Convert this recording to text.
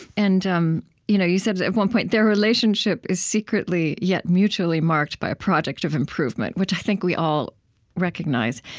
and um you know you said, at one point, their relationship is secretly yet mutually marked by a project of improvement, which i think we all recognize.